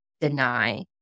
deny